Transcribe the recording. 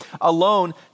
alone